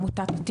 עמותת "אותי",